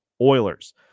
Oilers